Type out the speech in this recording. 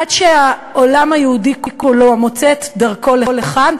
עד שהעולם היהודי כולו מוצא את דרכו לכאן,